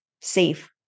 safe